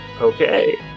okay